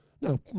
No